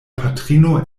patrino